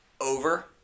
Over